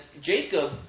Jacob